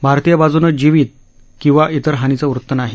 भारतीय बाजूनं जिवित किंवा इतर हानीचं वृत्त नाही